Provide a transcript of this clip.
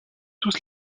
tous